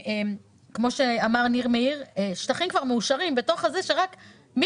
כמו שאמר ניר מאיר שטחים שכבר מאושרים ורק מישהו